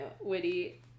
witty